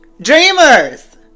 dreamers